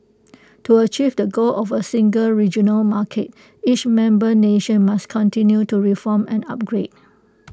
to achieve the goal of A single regional market each member nation must continue to reform and upgrade